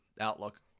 outlook